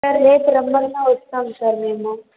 sir రేపు రమ్మన్నా వస్తాం సార్ మేము